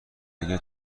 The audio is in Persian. اگه